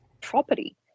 property